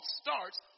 starts